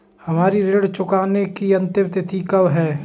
हमारी ऋण चुकाने की अंतिम तिथि कब है?